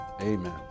amen